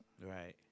Right